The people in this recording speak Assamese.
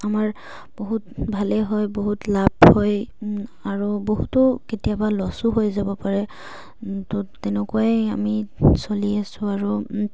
আমাৰ বহুত ভালেই হয় বহুত লাভ হয় আৰু বহুতো কেতিয়াবা লছো হৈ যাব পাৰে তো তেনেকুৱাই আমি চলি আছোঁ আৰু